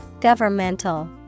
Governmental